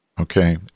Okay